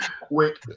quick